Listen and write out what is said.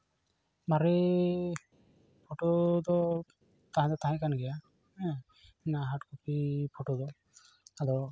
ᱢᱟᱨᱮ ᱯᱷᱚᱴᱳ ᱫᱚ ᱛᱟᱦᱮᱸ ᱫᱚ ᱛᱟᱦᱮᱸ ᱠᱟᱱ ᱜᱮᱭᱟ ᱦᱮᱸ ᱚᱱᱟ ᱦᱟᱴ ᱠᱚᱯᱤ ᱯᱷᱚᱴᱳ ᱫᱚ ᱟᱫᱚ